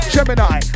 Gemini